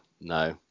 no